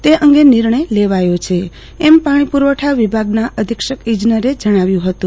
તે અંગે નિર્ણય લેવાયો છે એમ પાણી પુરવઠા વિભાગનાં અધિક્ષક ઈજનેરે જણાવ્યું હતું